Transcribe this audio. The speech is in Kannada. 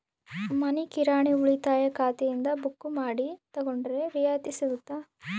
ಮನಿ ಕಿರಾಣಿ ಉಳಿತಾಯ ಖಾತೆಯಿಂದ ಬುಕ್ಕು ಮಾಡಿ ತಗೊಂಡರೆ ರಿಯಾಯಿತಿ ಸಿಗುತ್ತಾ?